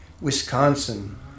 Wisconsin